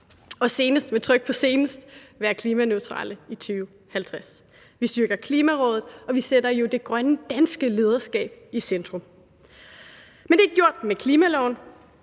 – med tryk på senest – være klimaneutrale i 2050. Vi styrker Klimarådet, og vi sætter jo det grønne danske lederskab i centrum. Men det er ikke gjort med klimaloven.